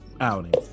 outing